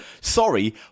Sorry